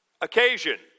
occasion